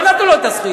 לא נתנו לו את הזכויות.